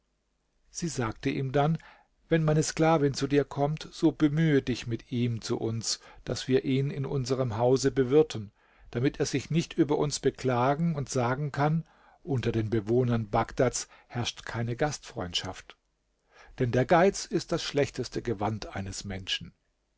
sie sagte ihm dann wenn meine sklavin zu dir kommt so bemühe dich mit ihm zu uns daß wir ihn in unserem hause bewirten damit er sich nicht über uns beklagen und sagen kann unter den bewohnern bagdads herrscht keine gastfreundschaft denn der geiz ist das schlechteste gewand eines menschen